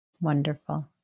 Wonderful